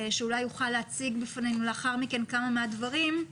שאולי לאחר מכן יוכל להציג בפנינו כמה מהדברים.